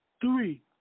Three